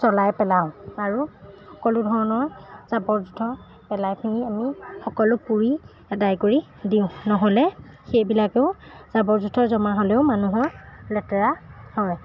জ্বলাই পেলাওঁ আৰু সকলো ধৰণৰ জাবৰ জোঁথৰ পেলাইপিনি আমি সকলো পুৰি এদায় কৰি দিওঁ নহ'লে সেইবিলাকেও জাবৰ জোঁথৰ জমা হ'লেও মানুহৰ লেতেৰা হয়